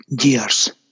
years